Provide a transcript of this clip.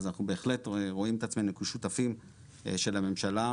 אז אנחנו בהחלט רואים את עצמנו כשותפים של הממשלה,